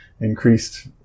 increased